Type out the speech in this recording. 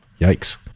yikes